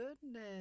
goodness